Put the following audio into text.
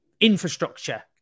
infrastructure